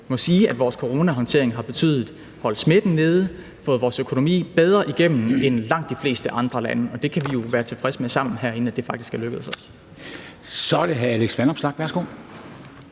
må sige, at vores coronahåndtering har holdt smitten nede og har fået vores økonomi bedre igennem end langt de fleste andre lande. Og det kan vi jo være tilfredse med sammen herinde, altså at det faktisk er lykkedes os. Kl.